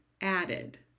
added